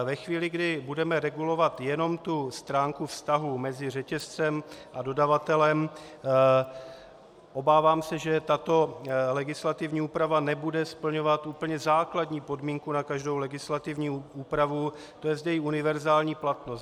Ve chvíli, kdy budeme regulovat jenom stránku vztahů mezi řetězcem a dodavatelem, obávám se, že tato legislativní úprava nebude splňovat úplně základní podmínku na každou legislativní úpravu, to jest její univerzální platnost.